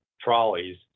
trolleys